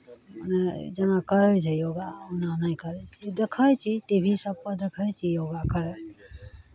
नहि जेना करैत रहियै योगा ओना नहि करै छियै देखै छी टी भी सभपर देखै छी योगा करैत